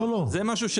לא, זה ביטוח.